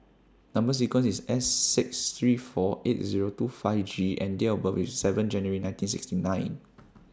Number sequence IS S six three four eight Zero two five G and Date of birth IS seven January nineteen sixty nine